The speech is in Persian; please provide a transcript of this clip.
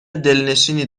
دلنشینی